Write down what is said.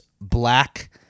black